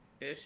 ish